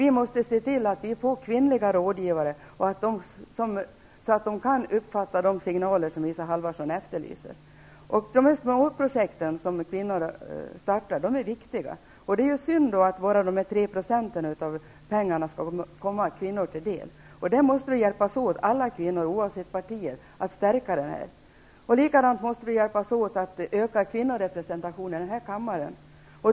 Vi måste se till att vi får kvinnliga rådgivare så att de kan uppfatta de signaler som Isa Halvarsson efterlyser. De småprojekt som kvinnor startar är viktiga. Det är synd att bara 3 % av pengarna skall komma kvinnor till del. Alla kvinnor oavsett parti måste hjälpas åt att stärka det här. Vi måste också hjälpas åt med att öka kvinnorepresentationen i den här kammaren.